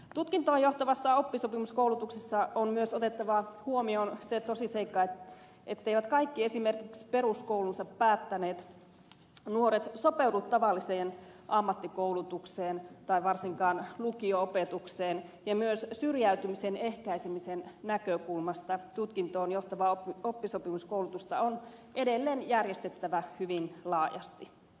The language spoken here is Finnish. tutkintoon johtavassa oppisopimuskoulutuksessa on myös otettava huomioon se tosiseikka etteivät kaikki esimerkiksi peruskoulunsa päättäneet nuoret sopeudu tavalliseen ammattikoulutukseen tai varsinkaan lukio opetukseen ja myös syrjäytymisen ehkäisemisen näkökulmasta tutkintoon johtavaa oppisopimuskoulutusta on edelleen järjestettävä hyvin laajasti